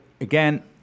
Again